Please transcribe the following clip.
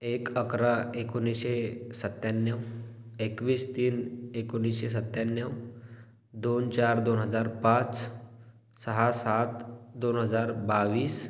एक अकरा एकोणीसशे सत्त्याण्णव एकवीस तीन एकोणीसशे सत्त्याण्णव दोन चार दोन हजार पाच सहा सात दोन हजार बावीस